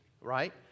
Right